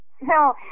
No